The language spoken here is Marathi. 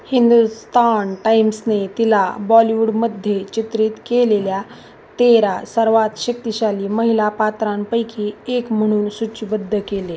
हिंदुस्थान टाइम्सने तिला बॉलिवूडमध्ये चित्रित केलेल्या तेरा सर्वात शक्तिशाली महिला पात्रांपैकी एक म्हणून सूचीबद्ध केले